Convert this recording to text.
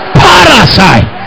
parasite